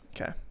Okay